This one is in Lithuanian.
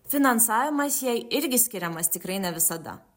finansavimas jai irgi skiriamas tikrai ne visada